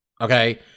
okay